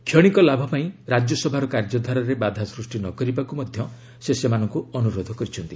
କ୍ଷଶିକ ଲାଭ ପାଇଁ ରାଜ୍ୟସଭାର କାର୍ଯ୍ୟଧାରାରେ ବାଧା ସୃଷ୍ଟି ନ କରିବାକୁ ମଧ୍ୟ ସେ ସେମାନଙ୍କୁ ଅନୁରୋଧ କରିଛନ୍ତି